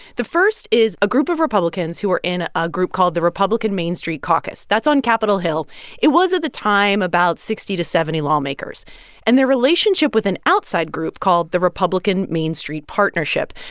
the first is a group of republicans who are in a ah group called the republican main street caucus that's on capitol hill it was, at the time, about sixty to seventy lawmakers and their relationship with an outside group called the republican main street partnership.